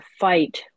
fight